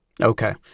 Okay